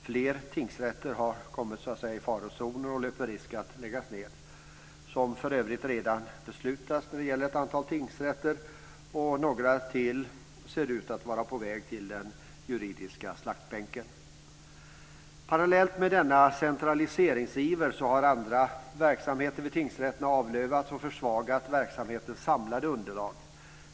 Fler tingsrätter har hamnat i farozonen och löper risk att läggas ned, som för övrigt redan beslutats när det gäller ett antal tingsrätter och några till ser ut att vara på väg till den "juridiska slaktbänken". Parallellt med denna centraliseringsiver har andra verksamheter vid tingsrätterna avlövats och försvagat verksamhetens samlade underlag.